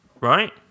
Right